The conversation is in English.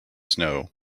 snow